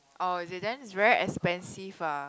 oh is it then it's very expensive ah